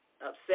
upset